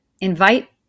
invite